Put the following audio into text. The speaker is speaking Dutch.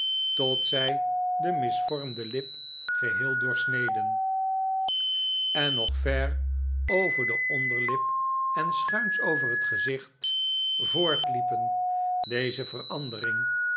tot zij de misvormde lip geheel doorsneden en nog ver over de onderlip en schuins over het gezicht voortliepen deze verandering